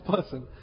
person